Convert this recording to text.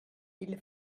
ils